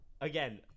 Again